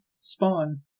spawn